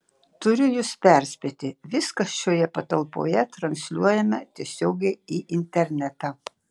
turiu jus perspėti viskas šioje patalpoje transliuojama tiesiogiai į internetą